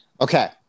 Okay